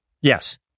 Yes